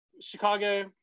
Chicago